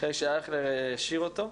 אחרי שחבר הכנסת אייכלר העשיר אותו.